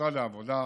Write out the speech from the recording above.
משרד העבודה,